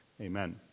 Amen